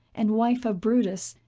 and wife of brutus,